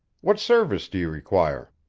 what service do you require?